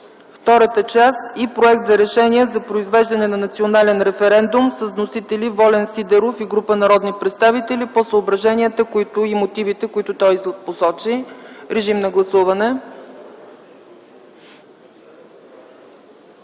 втората част „и Проект за решение за произвеждане на национален референдум” с вносители: Волен Сидеров и група народни представители, по съображенията и мотивите, които той посочи. Гласували